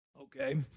Okay